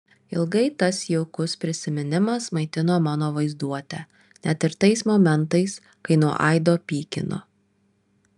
ilgai tas jaukus prisiminimas maitino mano vaizduotę net ir tais momentais kai nuo aido pykino